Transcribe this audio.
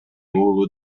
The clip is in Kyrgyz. уулу